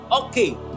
Okay